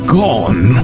gone